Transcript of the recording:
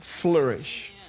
flourish